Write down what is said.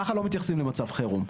ככה לא מתייחסים למצב חירום.